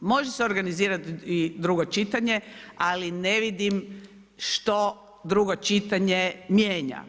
Može se organizirati i drugo čitanje, ali ne vidim što drugo čitanje mijenja.